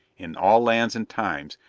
in all lands and times,